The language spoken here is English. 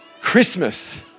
Christmas